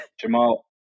Jamal